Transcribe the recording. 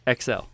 XL